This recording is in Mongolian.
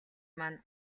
маань